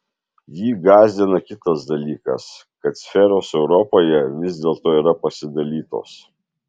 jį gąsdina kitas dalykas kad sferos europoje vis dėlto yra pasidalytos